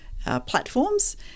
Platforms